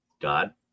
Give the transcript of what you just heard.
God